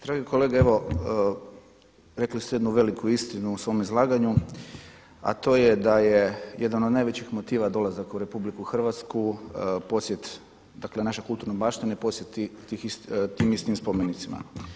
Dragi kolega evo rekli ste jednu veliku istinu u svom izlaganju a to je da je jedan od najvećih motiva dolazak u RH posjet, dakle naša kulturna baština i posjet tim istim spomenicima.